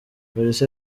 police